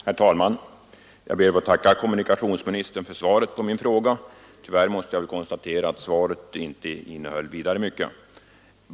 Herr talman! Jag ber att få tacka kommunikationsministern för svaret på min fråga. Tyvärr måste jag konstatera att det inte innehöll särskilt mycket.